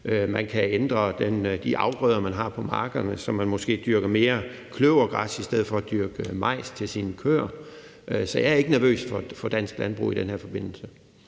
man kan ændre de afgrøder, man har på markerne, så man måske dyrker mere kløvergræs i stedet for at dyrke majs til sine køer. Så jeg er ikke nervøs for dansk landbrug i den her forbindelse.